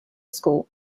school